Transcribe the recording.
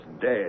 dead